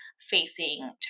facing